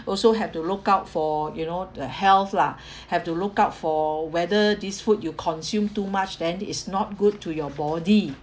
also have to look out for you know uh health lah have to look out for whether these food you consume too much then it's not good to your body